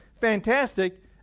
fantastic